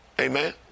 Amen